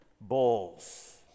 bulls